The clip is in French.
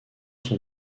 sont